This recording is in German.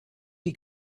die